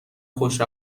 خوش